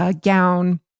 gown